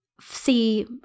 see